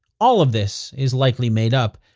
all of this is likely made up.